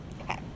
Okay